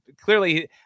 clearly